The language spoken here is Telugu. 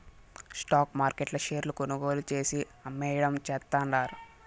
స్టాక్ మార్కెట్ల షేర్లు కొనుగోలు చేసి, అమ్మేయడం చేస్తండారు